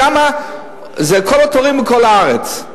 שם זה כל התורים מכל הארץ.